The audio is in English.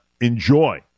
enjoy